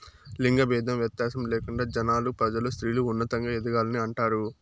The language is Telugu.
లింగ భేదం వ్యత్యాసం లేకుండా జనాలు ప్రజలు స్త్రీలు ఉన్నతంగా ఎదగాలని అంటారు